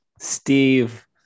Steve